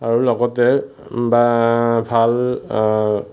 আৰু লগতে বা ভাল